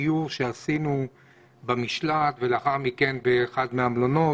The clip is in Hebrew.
הסיור שעשינו במשל"ט ולאחר מכן באחד מהמלונות,